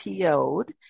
PO'd